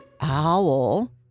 Owl